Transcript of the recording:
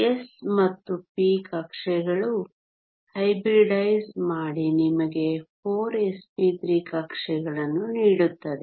S ಮತ್ತು p ಕಕ್ಷೆಗಳು hybridise ಮಾಡಿ ನಿಮಗೆ 4sp3 ಕಕ್ಷೆಗಳನ್ನು ನೀಡುತ್ತದೆ